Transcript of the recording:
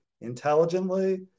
intelligently